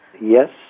Yes